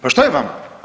Pa šta je vama?